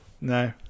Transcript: No